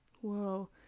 Whoa